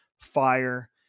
fire